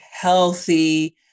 healthy